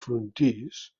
frontis